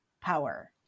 power